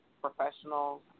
professionals